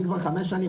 אני כבר חמש שנים,